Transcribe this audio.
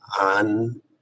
on